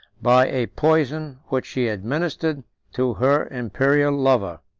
by a poison which she administered to her imperial lover.